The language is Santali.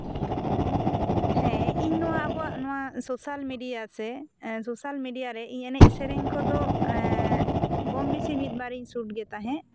ᱦᱮᱸ ᱤᱧ ᱱᱚᱣᱟ ᱟᱵᱚᱣᱟᱜ ᱱᱚᱣᱟ ᱥᱚᱥᱟᱞ ᱢᱤᱰᱤᱭᱟ ᱥᱮ ᱥᱚᱥᱟᱞ ᱢᱤᱰᱤᱭᱟ ᱨᱮ ᱤᱧ ᱮᱱᱮᱡ ᱥᱮᱨᱮᱧ ᱠᱚ ᱫᱚ ᱠᱚᱢ ᱵᱮᱥᱤ ᱢᱤᱫ ᱵᱟᱨᱤᱧ ᱥᱩᱴ ᱜᱮ ᱛᱟᱦᱮᱸᱜ